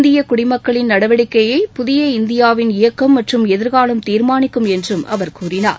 இந்திய குடிமக்களின் நடவடிக்கையை புதிய இந்தியாவின் இயக்கம் மற்றும் எதிர்காலம் தீர்மானிக்கும் என்று அவர் கூறினார்